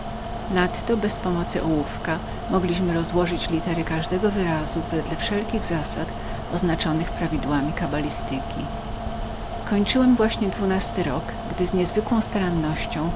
nadto bez pomocy ołówka mogliśmy rozłożyć litery każdego wyrazu wedle wszelkich zasad oznaczonych prawidłami kabalistyki wtedy to właśnie kończyłem dwunasty rok z niezwykłą starannością